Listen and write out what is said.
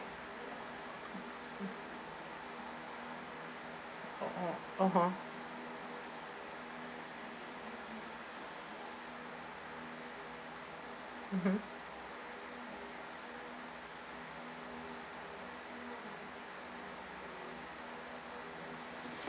oh (uh huh) mmhmm